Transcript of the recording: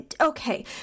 Okay